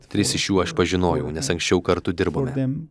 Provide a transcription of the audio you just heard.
tris iš jų aš pažinojau nes anksčiau kartu dirbome